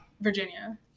Virginia